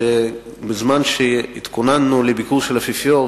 שבזמן שהתכוננו לביקור של האפיפיור,